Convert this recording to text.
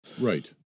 Right